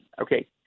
Okay